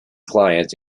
clients